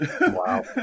Wow